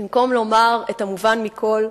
במקום לומר את המובן מכול,